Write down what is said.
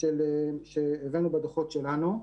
שהבאנו בדוחות שלנו.